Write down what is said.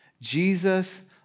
Jesus